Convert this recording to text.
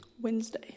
Wednesday